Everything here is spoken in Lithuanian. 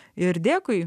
ir dėkui